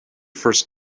first